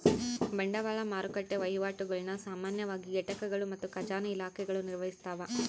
ಬಂಡವಾಳ ಮಾರುಕಟ್ಟೆ ವಹಿವಾಟುಗುಳ್ನ ಸಾಮಾನ್ಯವಾಗಿ ಘಟಕಗಳು ಮತ್ತು ಖಜಾನೆ ಇಲಾಖೆಗಳು ನಿರ್ವಹಿಸ್ತವ